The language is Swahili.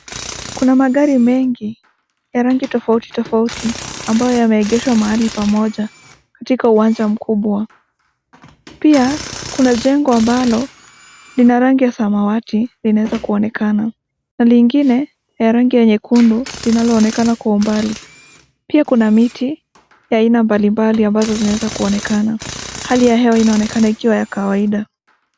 Kuna magari mengi ya rangi tofauti tofauti ambayo yameegeshwa mahali pamoja katika uwanja mkubwa. Pia kuna jengo ambalo lina rangi ya samawati linaweza kuonekana na lingine ya rangi ya nyekundu linaloonekana kwa umbali. Pia kuna miti ya aina mbalimbali ambazo zimeweza kuonekana. Hali ya hewa inaonekana ikiwa ya kawaida.